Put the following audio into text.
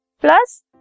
plus